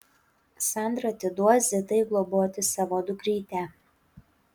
sandra atiduos zitai globoti savo dukrytę